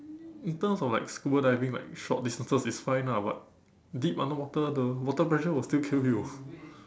in terms of like scuba diving like short distances is fine lah but deep underwater the water pressure will still kill you